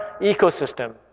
ecosystem